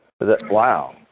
wow